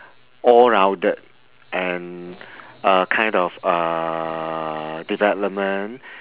all-rounded and a kind of uh development